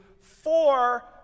four